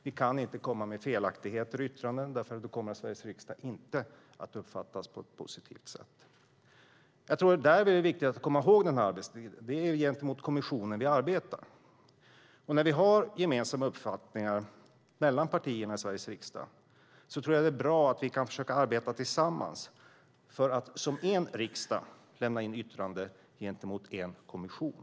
Vi kan inte komma med felaktigheter i yttrandena, för då kommer Sveriges riksdag inte att uppfattas på ett positivt sätt. Det är viktigt att komma ihåg detta. Det är gentemot kommissionen vi arbetar. När vi har gemensamma uppfattningar mellan partierna i Sveriges riksdag tror jag det är bra att vi försöker arbeta tillsammans för att som en riksdag lämna in yttrande gentemot en kommission.